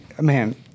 man